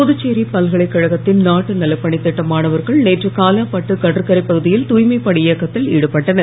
புதுச்சேரி பல்கலைக்கழகத்தின் நாட்டு நலப்பணித் திட்ட மாணவர்கள் நேற்று காலாபட்டு கடற்கரை பகுதியில் தூய்மைப்பணி இயக்கத்தில் ஈடுபட்டனர்